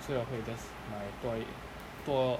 so ya 会 just 买多一多